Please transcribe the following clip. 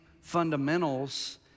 fundamentals